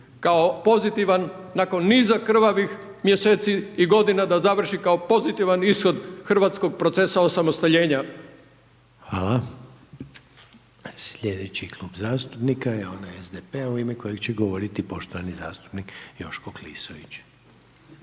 kao pozitivan, nakon niza krvavih mjeseci i godina da završi kao pozitivan ishod hrvatskog procesa osamostaljenja. **Reiner, Željko (HDZ)** Hvala. Sljedeći Klub zastupnika je onaj SDP-a u ime kojeg će govoriti poštovani gospodin Joško Klisović.